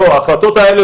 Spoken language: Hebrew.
ההחלטות האלו,